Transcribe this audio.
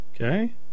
Okay